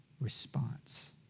response